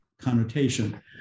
connotation